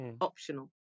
optional